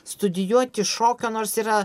studijuoti šokio nors yra